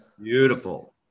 beautiful